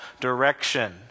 direction